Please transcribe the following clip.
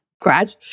grad